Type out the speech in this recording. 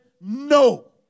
no